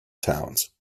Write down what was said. towns